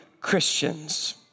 Christians